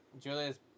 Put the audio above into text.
Julia's